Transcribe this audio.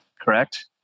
correct